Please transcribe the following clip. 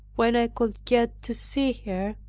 when i could get to see her,